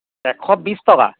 এশ বিছ টকা